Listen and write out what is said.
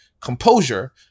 composure